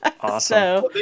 Awesome